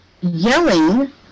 yelling